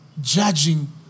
judging